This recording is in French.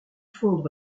fondre